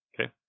Okay